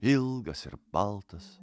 ilgas ir baltas